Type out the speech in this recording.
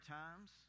times